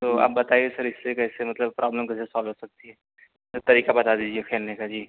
تو آپ بتائیے سر اس پہ کیسے مطلب پرابلم کیسے سالوو ہو سکتی ہے سر طریقہ بتا دیجیے کھیلنے کا جی